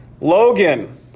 Logan